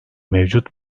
mevcut